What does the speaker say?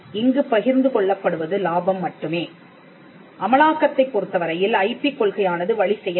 இங்கு பகிர்ந்து கொள்ளப்படுவது லாபம் மட்டுமே அமலாக்கத்தைப் பொருத்தவரையில் ஐபி கொள்கையானது வழி செய்ய வேண்டும்